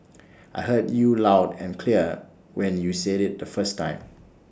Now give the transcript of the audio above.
I heard you loud and clear when you said IT the first time